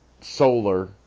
solar